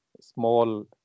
small